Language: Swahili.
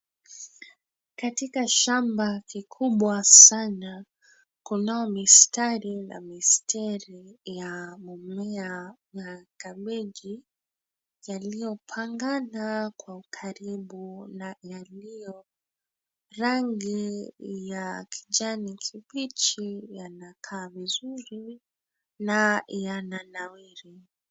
Katika shamba kikubwa sana, kunao mistari na misteri ya mumea ya kabeji yaliyopangana kwa ukaribu na yaliyo rangi ya kijani kibichi. Yanakaa vizuri na yananawiri.